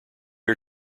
are